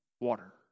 water